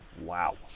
wow